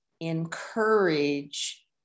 encourage